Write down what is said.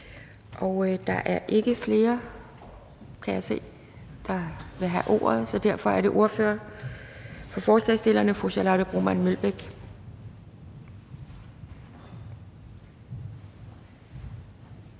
Der er ikke flere, kan jeg se, der vil have ordet, så derfor er det nu ordføreren for forslagsstillerne, fru Charlotte Broman Mølbæk.